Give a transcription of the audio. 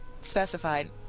specified